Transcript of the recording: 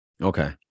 Okay